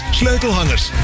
sleutelhangers